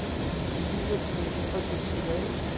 if you wish to make a purchase today,